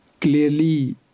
clearly